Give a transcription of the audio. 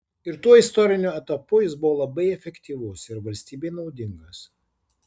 ir tuo istoriniu etapu jis buvo labai efektyvus ir valstybei naudingas